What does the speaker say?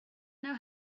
know